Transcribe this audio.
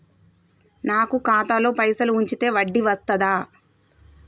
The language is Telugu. నాకు ఖాతాలో పైసలు ఉంచితే వడ్డీ వస్తదా?